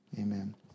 Amen